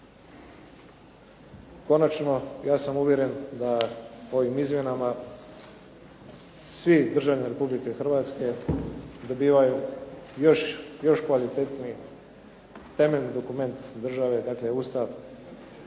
Konačno, ja sam uvjeren da ovim izmjenama svi državljani Republike Hrvatske dobivaju još kvalitetniji temelj dokument države, dakle Ustav